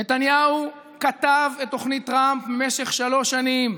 נתניהו כתב את תוכנית טראמפ משך שלוש שנים,